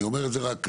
אני אומר את זה לצורך